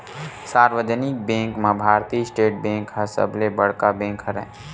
सार्वजनिक बेंक म भारतीय स्टेट बेंक ह सबले बड़का बेंक हरय